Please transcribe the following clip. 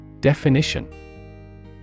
Definition